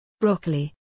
Broccoli